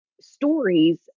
stories